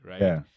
right